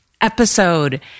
episode